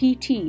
PT